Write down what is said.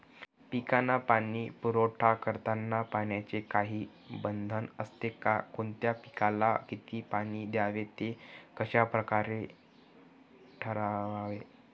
पिकांना पाणी पुरवठा करताना पाण्याचे काही बंधन असते का? कोणत्या पिकाला किती पाणी द्यावे ते कशाप्रकारे ठरवावे?